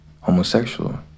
homosexual